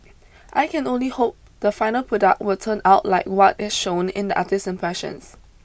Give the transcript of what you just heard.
I can only hope the final product will turn out like what is shown in the artist's impressions